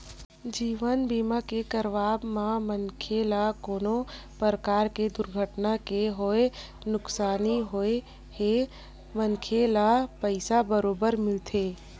जीवन बीमा के करवाब म मनखे ल कोनो परकार ले दुरघटना के होय नुकसानी होए हे मनखे ल पइसा बरोबर मिलथे